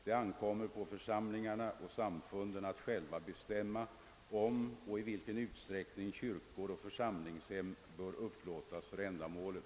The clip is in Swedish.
Det ankommer på församlingarna och samfunden att själva bestämma om och i vilken utsträckning kyrkor och församlingshem bör upplåtas för ändamålet.